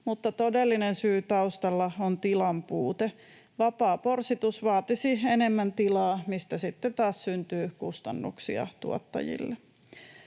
todellinen syy taustalla on tilanpuute. Vapaa porsitus vaatisi enemmän tilaa, mistä sitten taas syntyy kustannuksia tuottajille.